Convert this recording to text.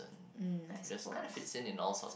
mm nice voice